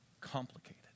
complicated